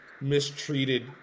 mistreated